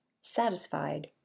satisfied